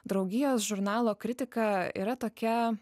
draugijos žurnalo kritika yra tokia